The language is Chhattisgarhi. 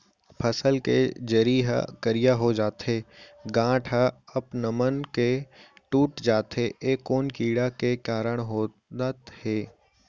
फसल के जरी ह करिया हो जाथे, गांठ ह अपनमन के टूट जाथे ए कोन कीड़ा के कारण होवत हे?